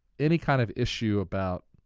any kind of issue about